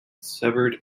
severed